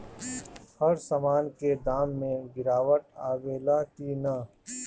हर सामन के दाम मे गीरावट आवेला कि न?